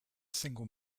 single